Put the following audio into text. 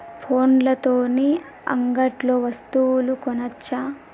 ఫోన్ల తోని అంగట్లో వస్తువులు కొనచ్చా?